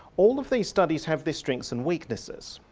all of these studies have their strengths and weaknesses.